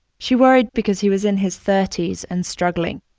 she worried because he was in his thirty s and struggling.